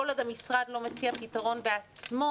כל עוד המשרד לא מציע פתרון בעצמו,